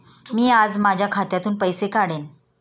मी आज माझ्या खात्यातून पैसे काढेन